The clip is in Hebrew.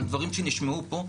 על דברים שנשמעו פה,